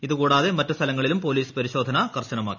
ഇത് കൂടാതെ മറ്റ് സ്ഥലങ്ങളിലും പോലീസ് പരിശോധന കർശനമാക്കി